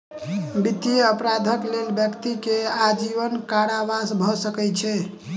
वित्तीय अपराधक लेल व्यक्ति के आजीवन कारावास भ सकै छै